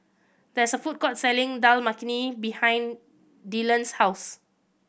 there's a food court selling Dal Makhani behind Dillan's house